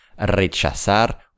Rechazar